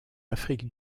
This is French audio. afrique